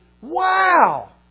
Wow